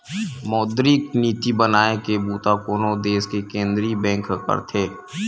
मौद्रिक नीति बनाए के बूता कोनो देस के केंद्रीय बेंक ह करथे